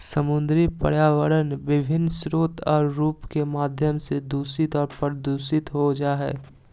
समुद्री पर्यावरण विभिन्न स्रोत और रूप के माध्यम से दूषित और प्रदूषित हो जाय हइ